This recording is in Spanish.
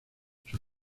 sus